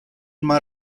más